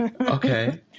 Okay